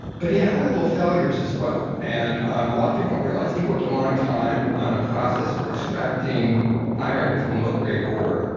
but he had horrible failures as well. and um a lot of people don't realize he worked a long time on a process for extracting iron from low grade ore,